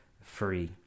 free